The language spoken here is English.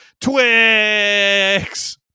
Twix